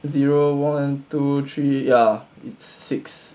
zero one two three ya it's six